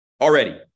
Already